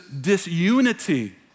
disunity